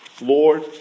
Lord